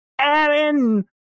Aaron